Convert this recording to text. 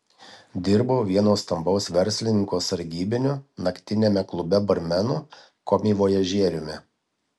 dirbau vieno stambaus verslininko sargybiniu naktiniame klube barmenu komivojažieriumi